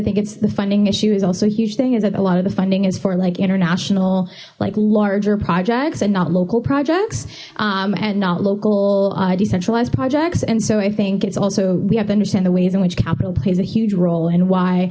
think it's the funding issue is also a huge thing is that a lot of the funding is for like international like larger projects and not local projects and not local decentralized projects and so i think it's also we have to understand the ways in which capital plays a huge role and why